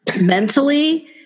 mentally